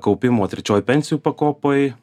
kaupimo trečioj pensijų pakopoj